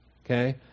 Okay